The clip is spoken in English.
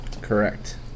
Correct